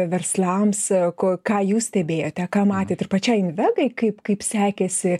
verslams ko ką jūs stebėjote ką matėt ir pačiai invegai kaip kaip sekėsi